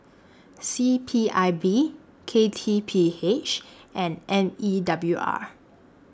C P I B K T P H and N E W R